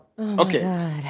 Okay